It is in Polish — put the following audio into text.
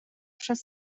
przez